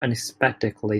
unexpectedly